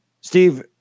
Steve